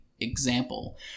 example